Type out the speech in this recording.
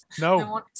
No